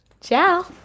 Ciao